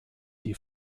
die